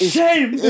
Shame